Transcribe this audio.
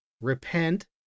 repent